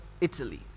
Italy